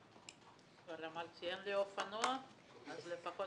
כבר אמרתי שאין לי אופנוע אבל לפחות